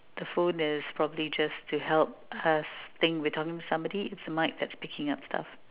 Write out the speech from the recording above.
the phone is probably just to help us think we talking to somebody it's the mike that is picking up stuff